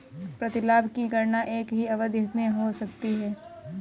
प्रतिलाभ की गणना एक ही अवधि में हो सकती है